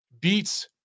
beats